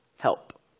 help